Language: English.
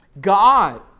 God